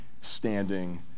standing